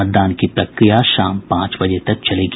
मतदान की प्रक्रिया शाम पांच बजे तक चलेगी